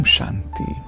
Shanti